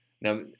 Now